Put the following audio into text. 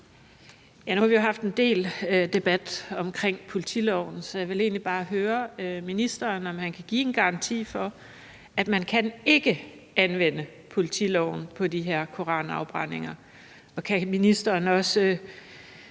Nu har vi jo haft en del debat om politiloven, så jeg vil egentlig bare høre ministeren, om han kan give en garanti for, at man ikke kan anvende politiloven på de her koranafbrændinger. Og kan ministeren også